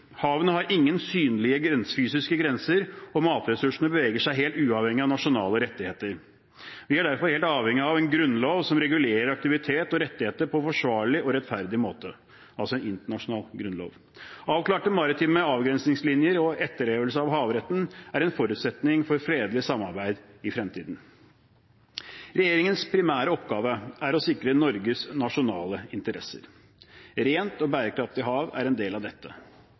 Havene har ingen synlige fysiske grenser, og matressursene beveger seg helt uavhengig av nasjonale rettigheter. Vi er derfor helt avhengig av en grunnlov som regulerer aktivitet og rettigheter på en forsvarlig og rettferdig måte, altså en internasjonal grunnlov. Avklarte maritime avgrensningslinjer og etterlevelse av havretten er en forutsetning for fredelig samarbeid i fremtiden. Regjeringens primære oppgave er å sikre Norges nasjonale interesser. Rent og bærekraftig hav er en del av dette.